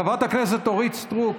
חברת הכנסת אורית סטרוק.